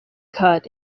cut